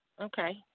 Okay